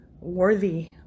worthy